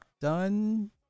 done